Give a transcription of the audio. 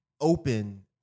open